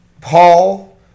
Paul